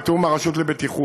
בתיאום עם הרשות לבטיחות,